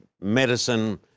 medicine